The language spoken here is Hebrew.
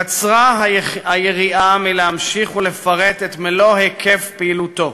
קצרה היריעה מלהמשיך ולפרט את מלוא היקף פעילותו,